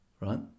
Right